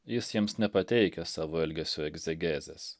jis jiems nepateikia savo elgesio egzegezės